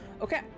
okay